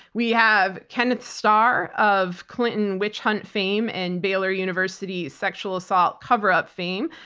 we have ken starr of clinton witch hunt fame and baylor university's sexual assault cover-up fame.